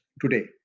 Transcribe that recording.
today